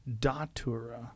Datura